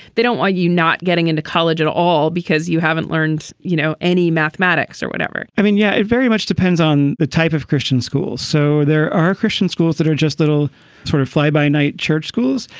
they don't like you not getting into college at all because you haven't learned, you know, any mathematics or whatever i mean, yeah, it very much depends on the type of christian schools. so there are christian schools that are just a little sort of fly by night church schools.